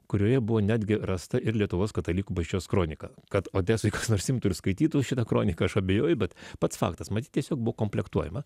kurioje buvo netgi rasta ir lietuvos katalikų bažnyčios kronika kad odesoje kas nors imtų ir skaitytų šitą kroniką aš abejoju bet pats faktas matyt tiesiog buvo komplektuojama